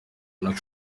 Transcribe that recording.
nako